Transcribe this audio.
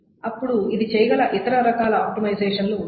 అప్పుడు ఇది చేయగల ఇతర రకాల ఆప్టిమైజేషన్లు ఉన్నాయి